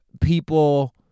people